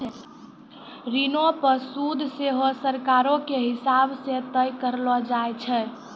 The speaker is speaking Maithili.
ऋणो पे सूद सेहो सरकारो के हिसाब से तय करलो जाय छै